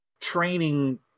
training